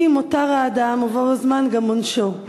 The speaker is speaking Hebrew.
היא מותר האדם ובו בזמן גם עונשו.